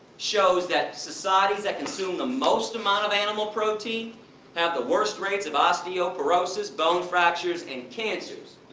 shows that societies that consume the most amount of animal protein have the worst rates of osteoporosis, bone fractures and cancers.